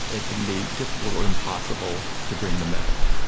it can be difficult or impossible to bring them back.